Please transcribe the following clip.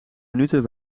minuten